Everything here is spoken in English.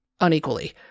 unequally